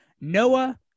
noah